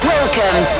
Welcome